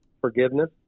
forgiveness